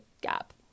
gap